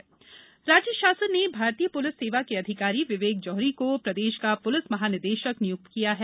पदस्थापना राज्य शासन ने भारतीय पुलिस सेवा के अधिकारी विवेक जौहरी को प्रदेश का पुलिस महानिदेशक नियुक्त किया है